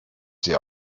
sie